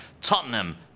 Tottenham